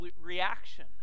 reaction